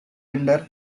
under